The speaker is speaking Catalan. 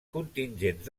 contingents